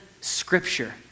Scripture